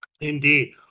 Indeed